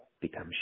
become